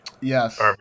Yes